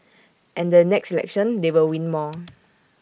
and the next election they will win more